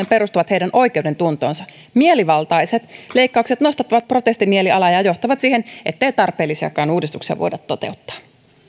perustuvat heidän oikeudentuntoonsa mielivaltaiset leikkaukset nostattavat protestimielialaa ja johtavat siihen ettei tarpeellisiakaan uudistuksia voida toteuttaa